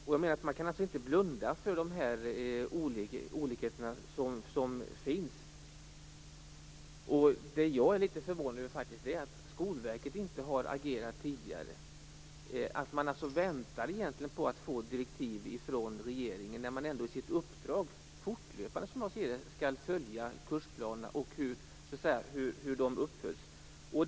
Det går inte att blunda för de olikheter som finns. Jag är litet förvånad över att Skolverket inte har agerat tidigare, dvs. att man egentligen väntar på direktiv från regeringen. Som jag ser det skall man ju enligt det uppdrag som man fått fortlöpande följa kursplanerna och se hur de följs upp.